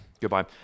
goodbye